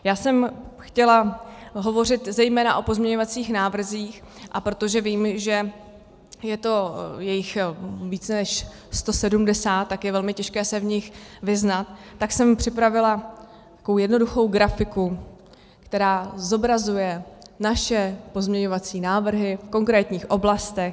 Já jsem chtěla hovořit zejména o pozměňovacích návrzích, a protože vím, že je jich více než 170, tak je velmi těžké se v nich vyznat, tak jsem připravila jednoduchou grafiku, která zobrazuje naše pozměňovací návrhy v konkrétních oblastech.